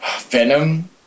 venom